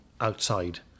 outside